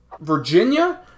Virginia